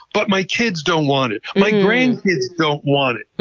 but my kids don't want it. my grandkids don't want it.